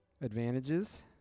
Advantages